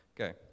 Okay